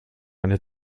eine